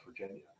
Virginia